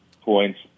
points